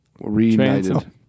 reunited